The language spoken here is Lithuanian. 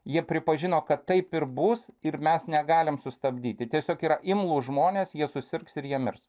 jie pripažino kad taip ir bus ir mes negalim sustabdyti tiesiog yra imlūs žmonės jie susirgs ir jie mirs